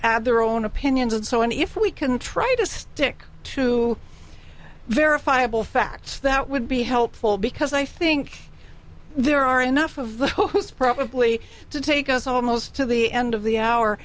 add their own opinions and so on if we can try to stick to verifiable facts that would be helpful because i think there are enough of the who's probably to take us almost to the end of the hour